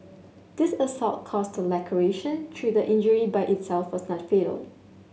this assault caused a laceration though the injury by itself was not fatal